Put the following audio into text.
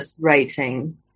rating